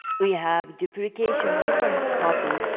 we have duplication difference copy,